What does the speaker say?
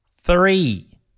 three